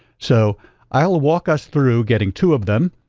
so i'll walk us through getting two of them.